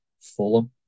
Fulham